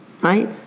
Right